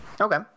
Okay